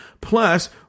Plus